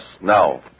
now